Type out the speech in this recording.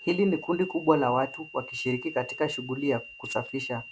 Hili ni kundi kubwa la watu wakishiriki katika shuguli ya kusafisha